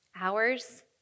Hours